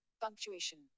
Punctuation